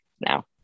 Now